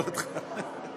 עוד לא התחלנו.